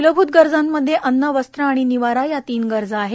मूलम्रत गरजांमध्ये अन्न वस्त्र आणि निवारा या तीन गरजा आहेत